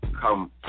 come